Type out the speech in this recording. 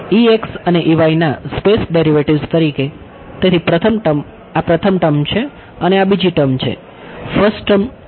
અને ના space derivatives તરીકે તેથી પ્રથમ ટર્મ આ પ્રથમ ટર્મ છે અને આ બીજી ટર્મ છે